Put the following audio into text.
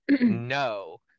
no